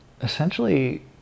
essentially